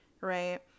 right